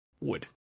Wood